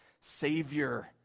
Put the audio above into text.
Savior